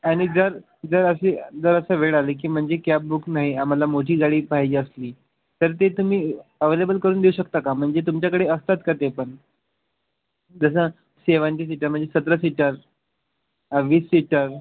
आणि जर जर अशी जर असं वेळ आले की म्हणजे कॅब बुक नाही आम्हाला मोठी गाडी पाहिजे असली तर ते तुम्ही अव्हेलेबल करून देऊ शकता का म्हणजे तुमच्याकडे असतात का ते पण जसं सेवन्टी सीटर म्हणजे सतरा सीटर वीस सीटर